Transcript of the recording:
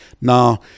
Now